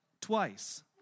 twice